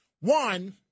One